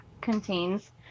contains